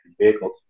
vehicles